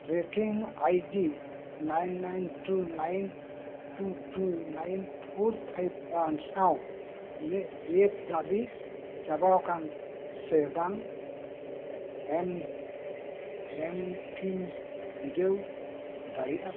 trekking ID nine nine two nine two two nine four five one ᱥᱟᱶ ᱤᱧᱟᱹᱜ paid ᱫᱟᱵᱤ ᱪᱟᱵᱟᱣ ᱟᱠᱟᱱ ᱥᱮ ᱵᱟᱝ ᱮᱢ ᱮᱢ ᱠᱤᱢ ᱵᱤᱰᱟᱹᱣ ᱫᱟᱲᱮᱭᱟᱜᱼᱟ